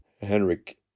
Henrik